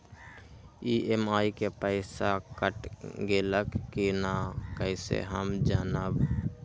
EMI के पईसा cut गेलक कि ना कइसे हम जानब?